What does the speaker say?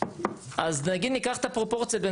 אז נגיד ניקח את הפרופורציות.